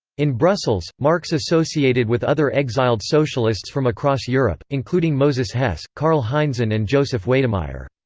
in brussels, marx associated with other exiled socialists from across europe, including moses hess, karl heinzen and joseph weydemeyer.